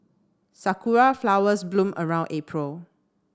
sakura flowers bloom around April